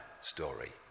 story